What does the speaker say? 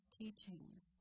teachings